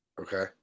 Okay